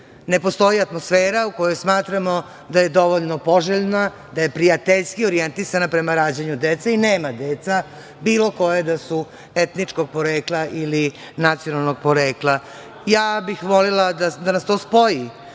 Ne postoji atmosfera u kojoj smatramo da je dovoljno poželjna, da je prijateljski orjentisana prema rađanju dece i nema dece, bilo kojeg da su etničkog porekla ili nacionalnog porekla. Ja bih volela da nas to spoji.